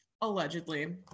Allegedly